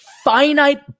finite